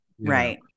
right